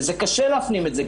וזה קשה להפנים את זה,